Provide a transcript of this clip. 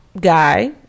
guy